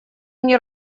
они